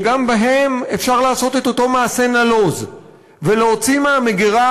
וגם בהם אפשר לעשות את אותו מעשה נלוז ולהוציא מהמגירה